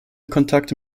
kontakte